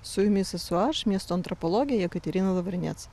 su jumis esu aš miesto antropologė jekaterina lavrinec